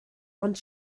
ond